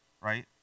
Right